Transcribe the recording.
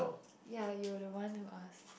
ya you were the one who asked